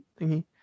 thingy